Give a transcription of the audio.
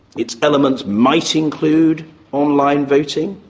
its elements might include online voting,